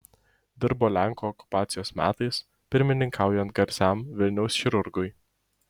dirbo lenkų okupacijos metais pirmininkaujant garsiam vilniaus chirurgui